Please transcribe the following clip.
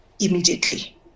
immediately